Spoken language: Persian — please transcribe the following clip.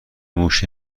موش